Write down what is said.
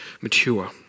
mature